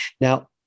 Now